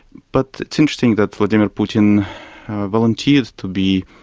but it's interesting that vladimir putin volunteered to be